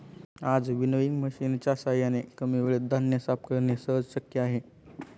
आज विनोइंग मशिनच्या साहाय्याने कमी वेळेत धान्य साफ करणे सहज शक्य आहे